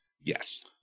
Yes